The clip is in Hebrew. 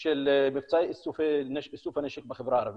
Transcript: של מבצע איסוף הנשק בחברה הערבית.